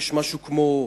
יש משהו כמו,